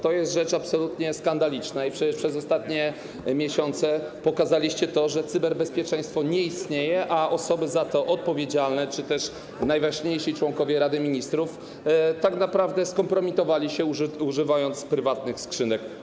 To jest rzecz absolutnie skandaliczna i przecież przez ostatnie miesiące pokazaliście to, że cyberbezpieczeństwo nie istnieje, a osoby za to odpowiedzialne czy też najważniejsi członkowie Rady Ministrów tak naprawdę skompromitowali się, używając prywatnych skrzynek.